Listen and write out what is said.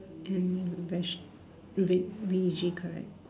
and veg~ V V E G correct